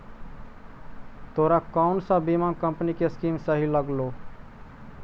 तोरा कौन सा बीमा कंपनी की स्कीम सही लागलो